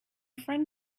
friend